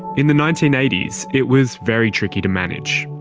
in the nineteen eighty s, it was very tricky to manage.